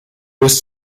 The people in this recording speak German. ist